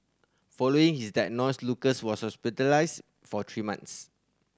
following his diagnosis Lucas was hospitalised for three months